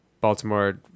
Baltimore